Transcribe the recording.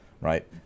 right